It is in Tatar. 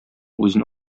үзен